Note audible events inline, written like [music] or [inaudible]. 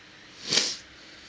[breath]